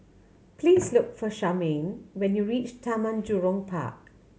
please look for Charmaine when you reach Taman Jurong Park